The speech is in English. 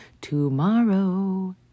tomorrow